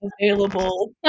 available